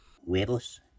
Huevos